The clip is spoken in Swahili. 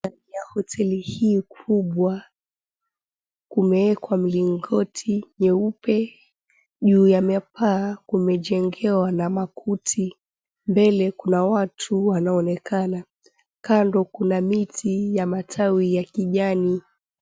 Ndani ya hoteli hii kubwa kumewekwa milingoti nyeupe. Juu ya paa kumejengewa na makuti. Mbele kuna watu wanaonekana. Kando kuna miti ya matawi ya kijani.